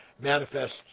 manifest